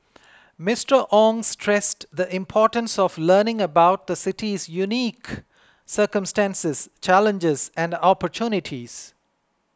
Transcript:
Mister Ong stressed the importance of learning about the city's unique circumstances challenges and opportunities